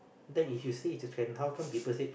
then if you say it's a trend how come people said